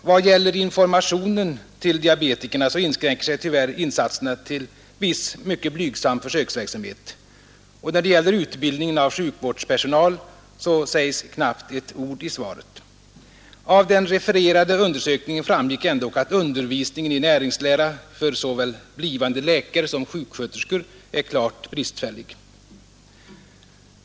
I vad gäller informationen till diabetikerna så inskränker sig tyvärr insatserna till viss, mycket blygsam försöksverksamhet. Och när det gäller utbildningen av sjukvårdspersonal, så sägs det knappast ett ord. Av den refererade undersökningen framgick ändock att undervisningen i näringslära för såväl blivande läkare som sjuksköterskor är klart bristfällig.